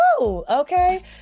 Okay